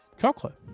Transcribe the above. Chocolate